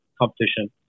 competition